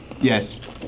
Yes